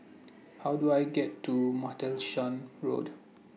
How Do I get to Martlesham Road